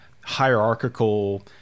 hierarchical